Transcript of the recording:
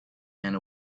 and